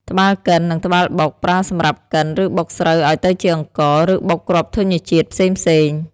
ត្បាល់កិន និងត្បាល់បុក ប្រើសម្រាប់កិន ឬបុកស្រូវឲ្យទៅជាអង្ករ ឬបុកគ្រាប់ធញ្ញជាតិផ្សេងៗ។